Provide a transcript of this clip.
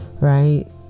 right